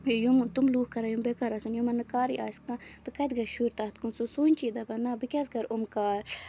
یِم تِم لوٗکھ کران یِم بے کار آسن یِمن نہٕ کارٕے آسہِ کانہہ تہٕ کَتہِ گژھِ شُر تَتھ کُن سُہ سونٛچہِ دَپان نہ بہٕ کیازِ کرٕ یِم کار